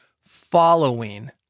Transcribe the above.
following